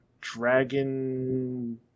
dragon